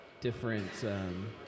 different